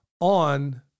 on